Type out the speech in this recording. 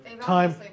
Time